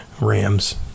Rams